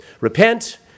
Repent